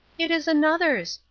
it is another's.